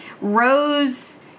Rose